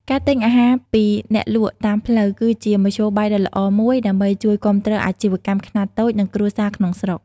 ការទិញអាហារពីអ្នកលក់តាមផ្លូវ គឺជាមធ្យោបាយដ៏ល្អមួយដើម្បីជួយគាំទ្រអាជីវកម្មខ្នាតតូច និងគ្រួសារក្នុងស្រុក ។